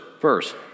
first